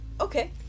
Okay